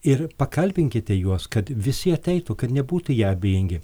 ir pakalbinkite juos kad visi ateitų kad nebūtų jie abejingi